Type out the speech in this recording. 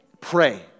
Pray